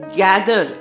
gather